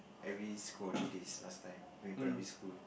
every school holidays last time in primary school